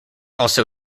also